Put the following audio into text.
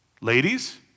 Ladies